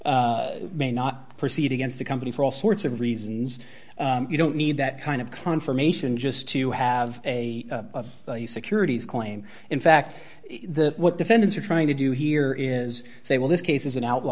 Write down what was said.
may not proceed against the company for all sorts of reasons you don't need that kind of confirmation just to have a securities claim in fact the defendants are trying to do here is say well this case is an outl